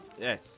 Yes